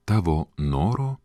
tavo noro